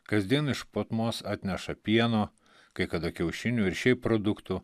kasdien iš potmos atneša pieno kai kada kiaušinių ir šiaip produktų